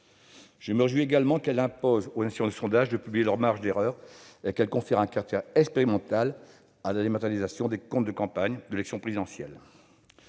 Je me réjouis également qu'elle impose aux instituts de sondage de publier leurs marges d'erreur et qu'elle confère un caractère expérimental à la dématérialisation des comptes de campagne de l'élection présidentielle.